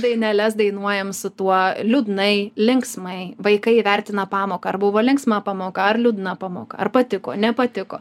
daineles dainuojam su tuo liūdnai linksmai vaikai įvertina pamoką ar buvo linksma pamoka ar liūdna pamoka ar patiko nepatiko